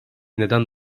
neden